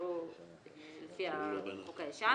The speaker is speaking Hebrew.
ולא לפי החוק הישן